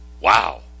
Wow